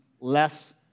less